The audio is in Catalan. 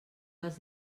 dels